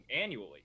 annually